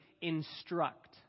instruct